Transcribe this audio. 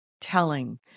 telling